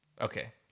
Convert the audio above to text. okay